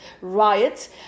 riots